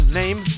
name